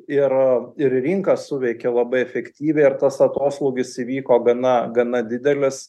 ir ir rinka suveikė labai efektyviai ir tas atoslūgis įvyko gana gana didelis